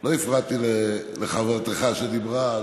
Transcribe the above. לא הפרעתי לחברתך כשדיברה.